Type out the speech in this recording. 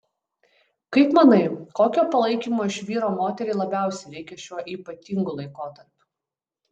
kaip manai kokio palaikymo iš vyro moteriai labiausiai reikia šiuo ypatingu laikotarpiu